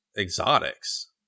exotics